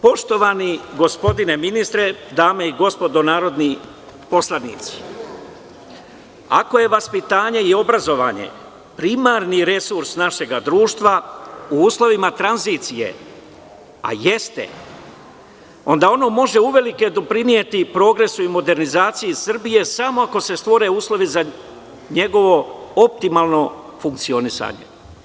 Poštovani gospodine ministre, dame i gospodo narodni poslanici, ako je vaspitanje i obrazovanje primarni resurs našeg društva u uslovima tranzicije, a jeste, onda ono možeuvelike doprineti progresu i modernizaciji Srbije samo ako se stvore uslovi za njegovo optimalno funkcionisanje.